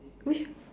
which